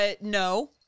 no